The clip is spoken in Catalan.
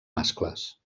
mascles